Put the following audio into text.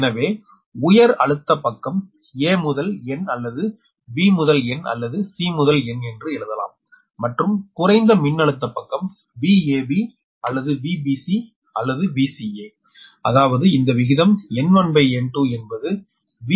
எனவே உயர் அழுத்த பக்கம் A முதல் N அல்லது B முதல் N அல்லது C முதல் N என்று எழுதலாம் மற்றும் குறைந்த மின்னழுத்த பக்கம் VAB or VBC or VCA அதாவது இந்த விகிதம் N1N2என்பது VHPVXP